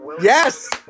yes